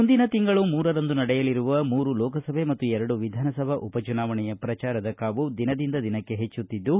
ಮುಂದಿನ ತಿಂಗಳು ಮೂರರಂದು ನಡೆಯಲಿರುವ ಮೂರು ಲೋಕಸಭೆ ಮತ್ತು ಎರಡು ವಿಧಾನಸಭೆ ಉಪ ಚುನಾವಣೆಯ ಪ್ರಚಾರದ ಕಾವು ದಿನದಿಂದ ದಿನಕ್ಕೆ ಹೆಚ್ಚುತ್ತಿದ್ದು